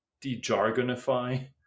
de-jargonify